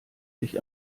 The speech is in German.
sich